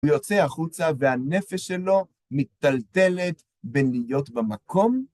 הוא יוצא החוצה והנפש שלו מטלטלת בין להיות במקום